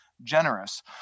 generous